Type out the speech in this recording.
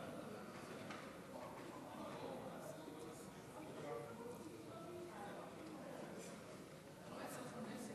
בבקשה,